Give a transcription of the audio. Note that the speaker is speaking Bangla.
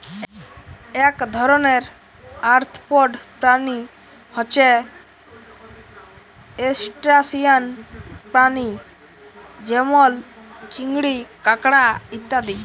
এক ধরণের আর্থ্রপড প্রাণী হচ্যে ত্রুসটাসিয়ান প্রাণী যেমল চিংড়ি, কাঁকড়া ইত্যাদি